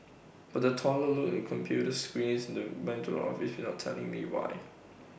but the teller look the computer screen and went into without telling me why